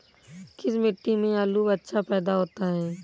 किस मिट्टी में आलू अच्छा पैदा होता है?